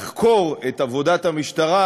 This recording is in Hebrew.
לחקור את עבודת המשטרה,